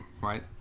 Right